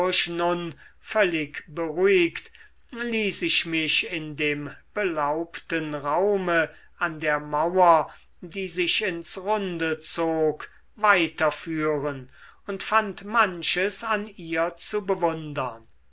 völlig beruhigt ließ ich mich in dem belaubten raume an der mauer die sich ins runde zog weiter führen und fand manches an ihr zu bewundern